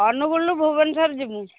ଅନୁଗୁଳରୁ ଭୁବନେଶ୍ୱର ଯିବୁ